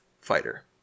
fighter